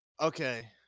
Okay